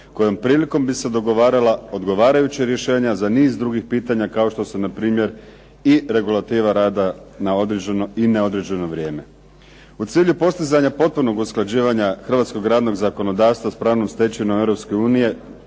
kojom prilikom bi se dogovarala odgovarajuća rješenja za niz drugih pitanja kao što su na primjer i regulativa rada na određeno i neodređeno vrijeme. U cilju postizanja potpunog usklađivanja hrvatskog radnog zakonodavstva s pravnom stečevinom